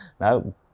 no